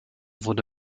wurde